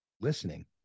listening